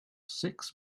six